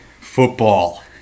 football